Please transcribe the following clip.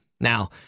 Now